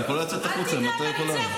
את יכולה לצאת החוצה אם את לא יכולה.